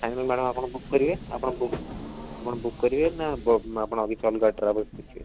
madam ଆପଣ book କରିବେ ଆପଣ ବୁକ୍ କରିବେ ନା ଆପଣ କିଛି ଅଲଗା ଟ୍ରାଭେଲ୍ସ ଦେଖିବେ